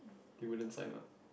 they wouldn't sign up